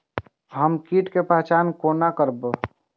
हम कीट के पहचान कोना करब?